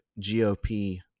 GOP